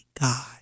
God